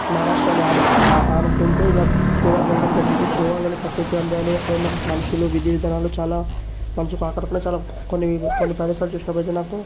మహారాష్ట్రాని అనుకో ఆనుకుంటూ ఇలా గోవాకు వెళ్ళడం జరిగింది గోవాలోని ప్రకృతి అందాలు అక్కడున్న మనుషులు విధి విధానాలు చాలా మనసుకు ఆకట్టుకున్నాయి చాలా కొన్ని కొన్ని ప్రదేశాలు చూసినప్పుడైతే నాకు